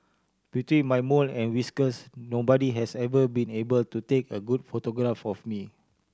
between my mole and whiskers nobody has ever been able to take a good photograph of me